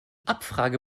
abfrage